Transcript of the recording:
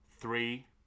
three